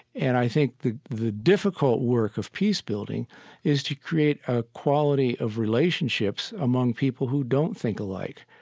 and i think the the difficult work of peace-building is to create a quality of relationships among people who don't think alike.